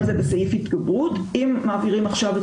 Défenseur des droits ושם המינויים הם מקצועיים.